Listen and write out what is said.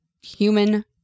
human